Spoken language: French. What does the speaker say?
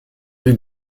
rue